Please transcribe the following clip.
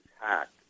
hacked